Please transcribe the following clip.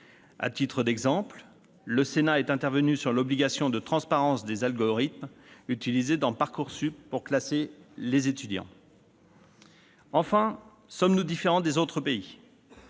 À titre d'exemple, le Sénat est intervenu sur l'obligation de transparence des algorithmes utilisés dans Parcoursup pour classer les étudiants ... Enfin, sommes-nous différents des autres pays ?